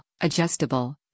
adjustable